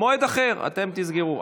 מועד אחר, אתם תסגרו.